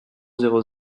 zéro